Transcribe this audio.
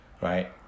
Right